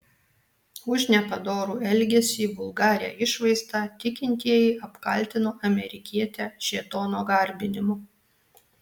už nepadorų elgesį vulgarią išvaizdą tikintieji apkaltino amerikietę šėtono garbinimu